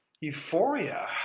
euphoria